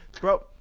bro